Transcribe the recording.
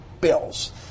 bills